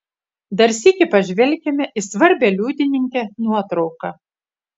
dar sykį pažvelkime į svarbią liudininkę nuotrauką